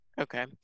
Okay